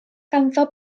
ganddo